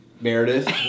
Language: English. Meredith